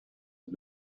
had